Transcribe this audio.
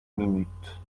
minute